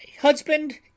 husband